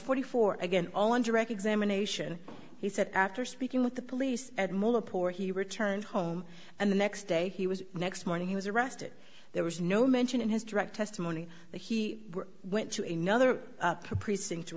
forty four again on direct examination he said after speaking with the police at mola poor he returned home and the next day he was next morning he was arrested there was no mention in his direct testimony that he went to another precinct to